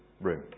room